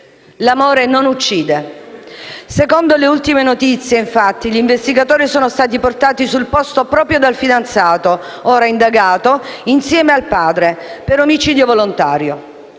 L'amore non uccide. Secondo le ultime notizie, infatti, gli investigatori sono stati portati sul posto proprio dal fidanzato, ora indagato, insieme al padre, per omicidio volontario.